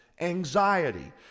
anxiety